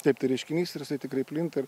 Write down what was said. taip tai reiškinys ir jisai tikrai plinta ir